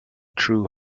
true